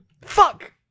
Fuck